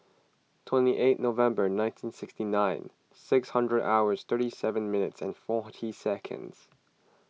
twenty eight November nineteen sixty nine six hundred hours thirty seven minutes and forty seconds